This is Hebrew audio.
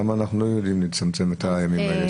למה אנחנו לא יודעים לצמצם את הימים האלה?